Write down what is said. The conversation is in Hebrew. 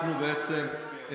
בעצם,